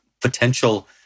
potential